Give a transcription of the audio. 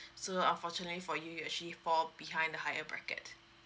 so unfortunately for you you actually fall behind the higher bracket